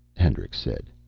hendricks said.